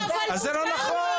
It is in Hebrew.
זה לא נכון,